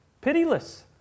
Pitiless